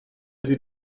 sie